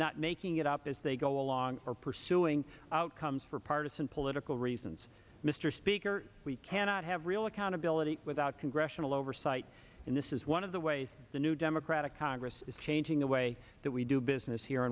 not making it up as they go along or pursuing outcomes for partisan political reasons mr speaker we cannot have real accountability without congressional oversight and this is one of the ways the new democratic congress is changing the way that we do business here